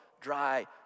dry